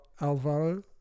Alvaro